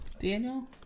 Daniel